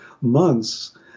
months